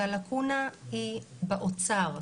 והלקונה היא באוצר.